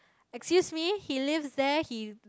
excuse me he lives there he